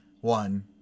one